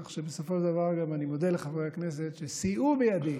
כך שבסופו של דבר אני מודה לחברי הכנסת גם על שסייעו בידי